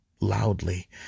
loudly